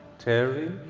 tary?